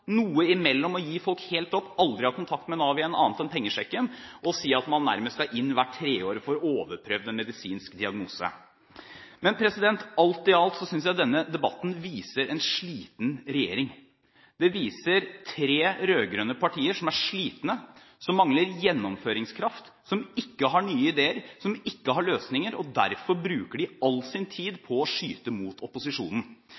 noe imellom det å gi folk helt opp, at de aldri har kontakt med Nav igjen – annet enn pengesjekken – og å si at man nærmest skal inn hvert tredje år for å overprøve en medisinsk diagnose. Men alt i alt synes jeg denne debatten viser en sliten regjering. Den viser tre rød-grønne partier som er slitne, som mangler gjennomføringskraft, som ikke har nye ideer, som ikke har løsninger, og som derfor bruker all sin tid